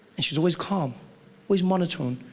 and shes always calm always monotone.